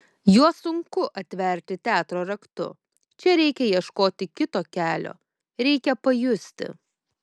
juos sunku atverti teatro raktu čia reikia ieškoti kito kelio reikia pajusti